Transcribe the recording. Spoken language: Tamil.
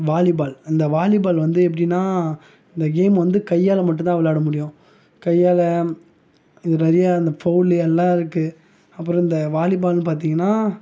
வாலிபால் இந்த வாலிபால் வந்து எப்படின்னா இந்த கேம் வந்து கையால் மட்டுந்தான் விளையாட முடியும் கையால இது நிறைய அந்த ஃபவுல்லு எல்லாம் இருக்கு அப்புறம் இந்த வாலிபால்னு பார்த்தீங்கன்னா